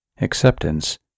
acceptance